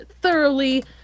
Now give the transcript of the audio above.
thoroughly